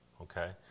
Okay